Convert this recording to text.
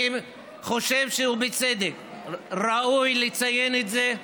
אני חושב שבצדק ראוי לציין את זה.